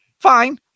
Fine